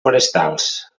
forestals